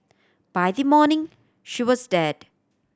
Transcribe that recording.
by the morning she was dead